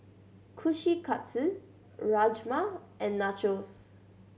Kushikatsu Rajma and Nachos